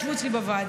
ישבו אצלי בוועדה,